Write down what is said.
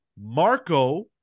Marco